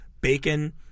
bacon